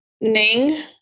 Ning